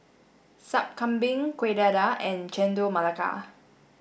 Sup Kambing Kueh Dadar and Chendol Melaka